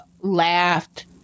laughed